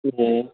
ए